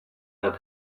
that